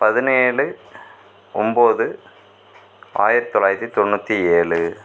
பதினேழு ஒம்பது ஆயிரத்தி தொள்ளாயிரத்தி தொண்ணூற்றி ஏழு